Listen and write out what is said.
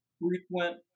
frequent